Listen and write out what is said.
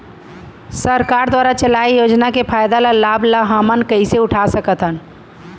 सरकार दुवारा चलाये योजना के फायदा ल लाभ ल हमन कइसे उठा सकथन?